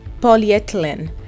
polyethylene